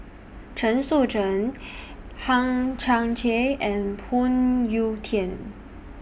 Chen Sucheng Hang Chang Chieh and Phoon Yew Tien